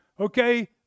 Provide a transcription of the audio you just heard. Okay